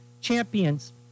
champions